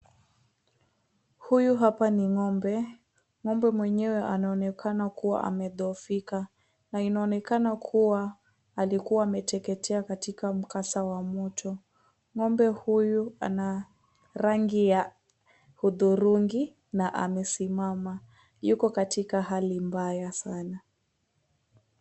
Huyu hapa ni ng'ombe, ng'ombe mwenyewe anaonekana kudhohofika na inaonekana kuwa alikuwa ameteketea katika mkaza wa moto. Ng'ombe huyu ana rangi ya hudhurungi na amesimama yuko katika hali mbaya sana.